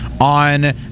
on